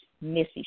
missy